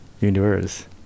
universe